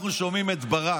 אנחנו שומעים את ברק.